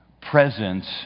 presence